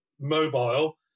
mobile